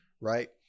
Right